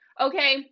Okay